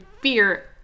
fear